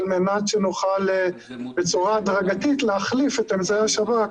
כדי שנוכל בצורה הדרגתית להחליף את אמצעי השב"כ